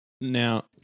Now